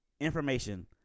information